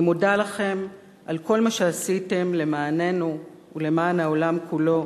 אני מודה לכם על כל מה שעשיתם למעננו ולמען העולם כולו